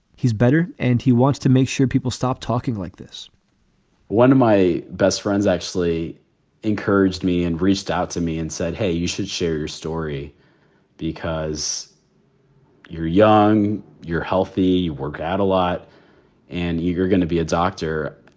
he's better and he wants to make sure people stop talking like this one of my best friends actually encouraged me and reached out to me and said, hey, you should share your story because you're young, young, you're healthy, worked out a lot and you're gonna be a doctor.